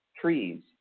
trees